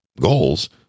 goals